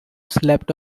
slept